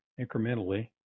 incrementally